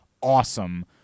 awesome